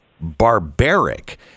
barbaric